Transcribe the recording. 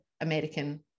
American